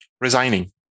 resigning